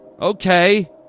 Okay